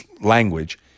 language